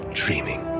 dreaming